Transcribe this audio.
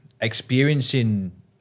experiencing